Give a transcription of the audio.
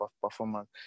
performance